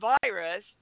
virus